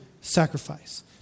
sacrifice